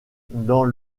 dans